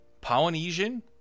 Polynesian